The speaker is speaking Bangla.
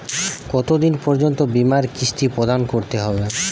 কতো দিন পর্যন্ত বিমার কিস্তি প্রদান করতে হবে?